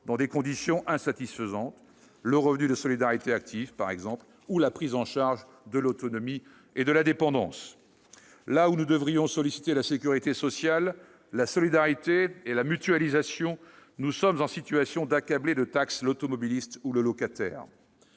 dans des conditions insatisfaisantes, le coût du revenu de solidarité active ou de la prise en charge de l'autonomie et de la dépendance. Là où nous devrions solliciter la sécurité sociale, la solidarité et la mutualisation, nous sommes en situation d'accabler de taxes l'automobiliste ou le locataire.